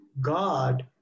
God